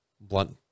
blunt